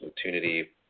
opportunity